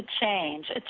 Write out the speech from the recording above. change